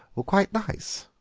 were quite nice.